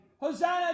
hosanna